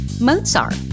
Mozart